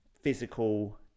physical